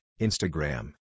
Instagram